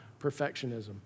perfectionism